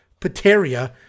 Pateria